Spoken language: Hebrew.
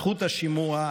זכות השימוע,